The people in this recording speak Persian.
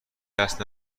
دست